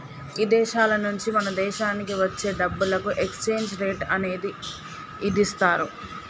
ఇదేశాల నుంచి మన దేశానికి వచ్చే డబ్బులకు ఎక్స్చేంజ్ రేట్ అనేది ఇదిస్తారు